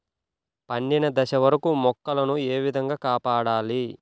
పండిన దశ వరకు మొక్కల ను ఏ విధంగా కాపాడాలి?